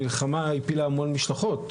המלחמה הפילה המון משלחות.